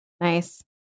Nice